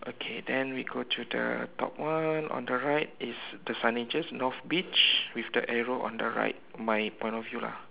okay then we go to the top one on the right is the signages North beach with the arrow on the right my point of view lah